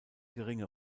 geringe